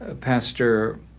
Pastor